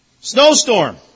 Snowstorm